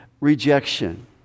rejection